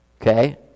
okay